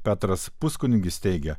petras puskunigis teigia